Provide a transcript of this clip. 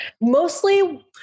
mostly